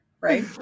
Right